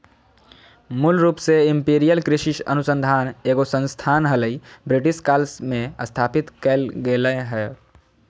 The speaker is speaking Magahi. मूल रूप से इंपीरियल कृषि अनुसंधान एगो संस्थान हलई, ब्रिटिश काल मे स्थापित कैल गेलै हल